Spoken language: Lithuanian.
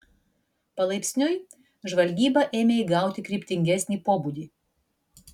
palaipsniui žvalgyba ėmė įgauti kryptingesnį pobūdį